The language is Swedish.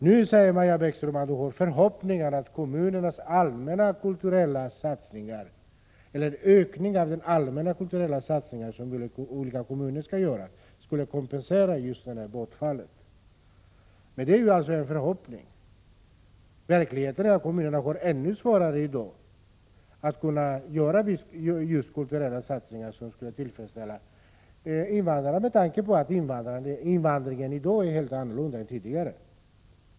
Nu säger Maja Bäckström att hennes förhoppning är att ökningen av den allmänna kulturella satsning som olika kommuner skall göra kommer att kompensera detta bortfall. Men det är också bara en förhoppning. Verkligheten är att kommunerna får det ännu svårare än i dag att göra kulturella satsningar som kan tillgodose invandrarnas behov. Invandringen i dag är ju helt annorlunda än tidigare.